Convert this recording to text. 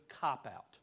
cop-out